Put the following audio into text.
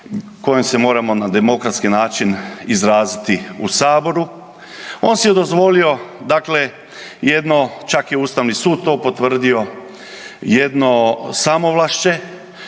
kojem se moramo na demokratski način izraziti u saboru. On si je dozvolio dakle jedno, čak je Ustavni sud to potvrdio, jedno samovlašće